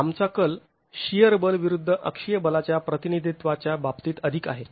आमचा कल शिअर बल विरुद्ध अक्षीय बलाच्या प्रतिनिधित्वाच्या बाबतीत अधिक आहे